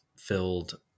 filled